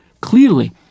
Clearly